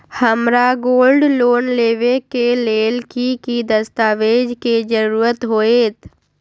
हमरा gold loan लेबे के लेल कि कि दस्ताबेज के जरूरत होयेत?